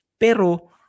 pero